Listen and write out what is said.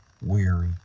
weary